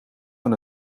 van